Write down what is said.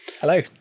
Hello